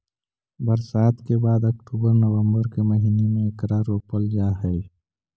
बरसात के बाद अक्टूबर नवंबर के महीने में एकरा रोपल जा हई